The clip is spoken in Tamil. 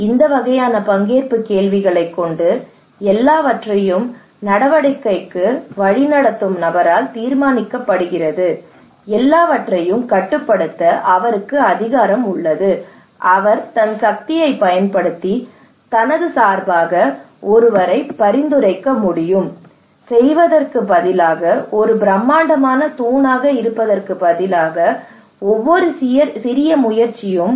எனவே இந்த வகையான பங்கேற்பு கேள்விகளைக் கொண்டு எல்லாவற்றையும் நடவடிக்கைக்கு வழிநடத்தும் நபரால் தீர்மானிக்கப்படுகிறது எல்லாவற்றையும் கட்டுப்படுத்த அவருக்கு அதிகாரம் உள்ளது அவர் சக்தியைப் பயன்படுத்தி தனக்கு சார்பாக ஒருவரை பரிந்துரைக்க முடியும் செய்வதற்கு பதிலாக ஒரு பிரம்மாண்டமான தூணாக இருப்பதற்கு பதிலாக ஒவ்வொரு சிறிய முயற்சியும்